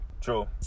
True